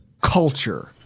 culture